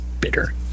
bitter